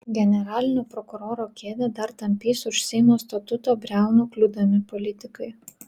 generalinio prokuroro kėdę dar tampys už seimo statuto briaunų kliūdami politikai